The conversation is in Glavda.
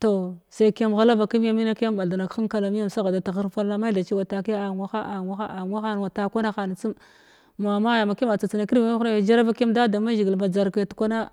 toh sai kiya ghəa ba kamyamina kiyam bath na kahenkala miyam sagha da teghr palla ma thai ci wa takiya a nwaha anwaha a nwaha ma ta kwanahan tsum ma maya makyama tsatsa da da mazhigil ba javbki takwana